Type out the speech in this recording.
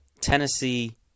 Tennessee